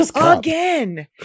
again